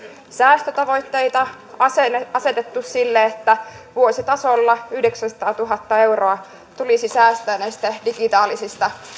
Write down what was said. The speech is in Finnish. säästötavoitteita asetettu asetettu että vuositasolla yhdeksänsataatuhatta euroa tulisi säästöä näistä digitaalisista